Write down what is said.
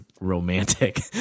romantic